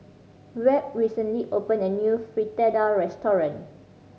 Webb recently opened a new Fritada restaurant